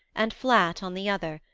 and flat on the other,